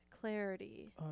clarity